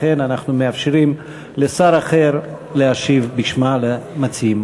לכן אנחנו מאפשרים לשר אחר להשיב בשמה למציעים.